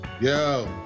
yo